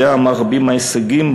יודע מה רבים ההישגים,